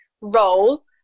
role